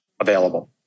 available